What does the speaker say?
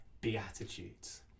beatitudes